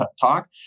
talk